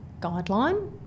guideline